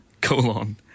colon